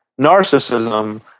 narcissism